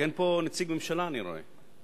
אין פה נציג ממשלה, אני רואה.